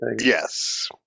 Yes